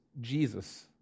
Jesus